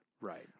Right